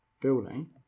building